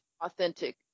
authentic